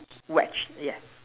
wretch yeah